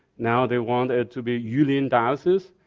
now they want it to be yulin diocese.